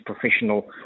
professional